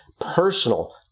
personal